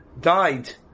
died